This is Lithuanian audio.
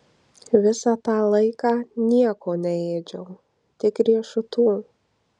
visą tą laiką nieko neėdžiau tik riešutų